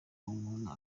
umuntu